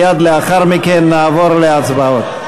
מייד לאחר מכן נעבור להצבעות.